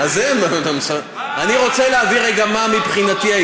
אני רוצה להבהיר רגע מה היה מבחינתי.